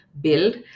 build